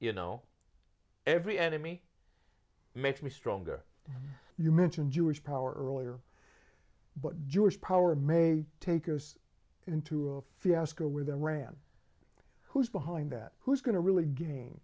you know every enemy makes me stronger you mentioned jewish power earlier but jewish power may take us into a fiasco with iran who's behind that who's going to really g